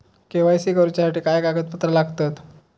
KYC करूच्यासाठी काय कागदपत्रा लागतत?